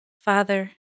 Father